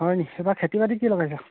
হয়নি এইবাৰ খেতি বাতি কি লগাইছা